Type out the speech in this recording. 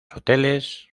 hoteles